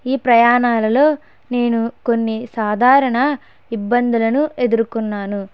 ఈ ప్రయాణాలలో నేను కొన్ని సాధారణ ఇబ్బందులను ఎదుర్కోన్నాను